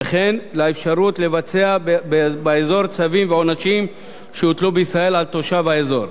וכן לאפשרות לבצע באזור צווים ועונשים שהוטלו בישראל על תושב האזור.